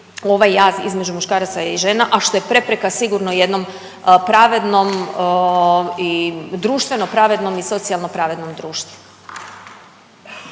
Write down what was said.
ovaj jaz između muškaraca i žena, a što je prepreka sigurno jednom pravednom i društveno pravednom i socijalno pravednom društvu.